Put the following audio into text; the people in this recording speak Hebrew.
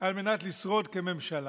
על מנת לשרוד כממשלה.